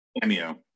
Cameo